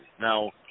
Now